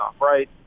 right